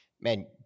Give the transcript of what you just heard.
Man